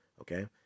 okay